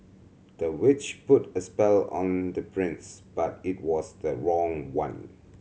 the witch put a spell on the prince but it was the wrong one